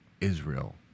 Israel